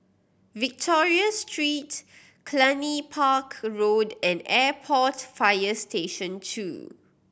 Victoria Street Cluny Park Road and Airport Fire Station Two